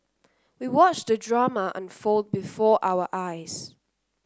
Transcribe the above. we watched the drama unfold before our eyes